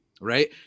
Right